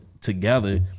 together